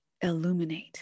illuminate